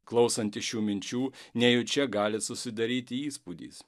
klausantis šių minčių nejučia gali susidaryti įspūdis